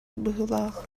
быһыылаах